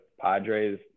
Padres